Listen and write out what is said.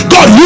God